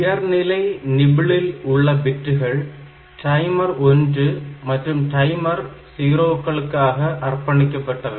உயர்நிலை நிபிளில் உள்ள பிட்டுகள் டைமர் 1 மற்றும் டைமர் 0 க்களுக்காக அர்ப்பணிக்கப்பட்டவை